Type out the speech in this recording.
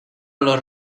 los